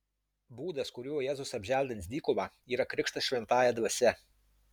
būdas kuriuo jėzus apželdins dykumą yra krikštas šventąja dvasia